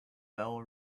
bell